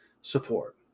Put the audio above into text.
support